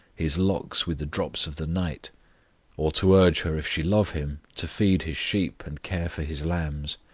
his locks with the drops of the night or to urge her if she love him to feed his sheep and care for his lambs.